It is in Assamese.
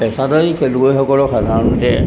পেচাদাৰী খেলুৱৈসকলক সাধাৰণতে